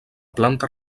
planta